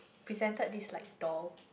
presented this like doll